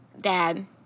dad